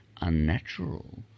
unnatural